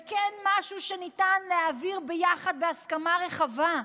זה כן משהו שניתן להעביר ביחד בהסכמה רחבה,